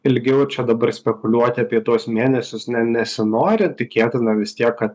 ilgiau čia dabar spekuliuoti apie tuos mėnesius ne nesinori tikėtina vis tiek kad